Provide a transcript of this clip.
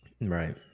right